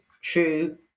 true